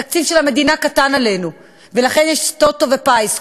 התקציב של המדינה קטן עלינו ולכן יש "טוטו" ופיס.